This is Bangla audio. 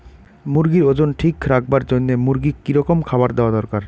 মুরগির ওজন ঠিক রাখবার জইন্যে মূর্গিক কি রকম খাবার দেওয়া দরকার?